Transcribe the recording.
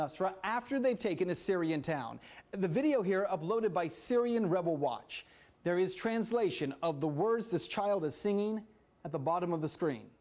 nasra after they've taken a syrian town the video here of loaded by syrian rebel watch there is translation of the words this child is singing at the bottom of the screen